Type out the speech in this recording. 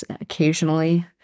occasionally